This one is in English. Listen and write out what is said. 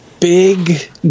Big